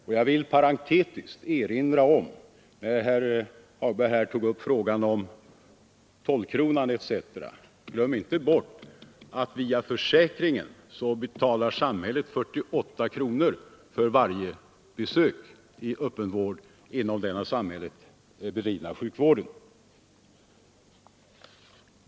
Och eftersom herr Hagberg tog upp frågan om tolvkronan vill jag parentetiskt säga: Glöm inte bort att via försäkringen betalar samhället 48 kronor för varje besök i öppenvård inom den av samhället bedrivna sjukvården.